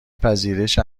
پذیرش